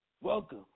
Welcome